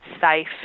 safe